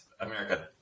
America